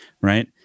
right